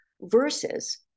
versus